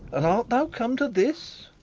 and art thou come to this?